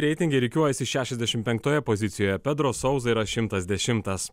reitinge rikiuojasi šešiasdešimt penktoje pozicijoje pedro sauza yra šimtas dešimtas